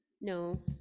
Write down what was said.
No